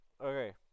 Okay